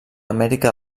amèrica